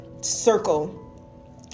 circle